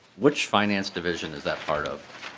which finance division is that part of?